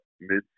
mid